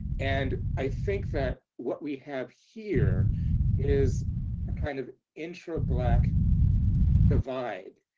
and i think that what we have here is a kind of intra black divide,